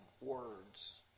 words